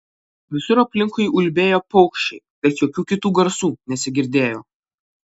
visur aplinkui ulbėjo paukščiai bet jokių kitų garsų nesigirdėjo